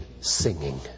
singing